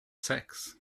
sex